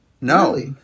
No